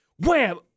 wham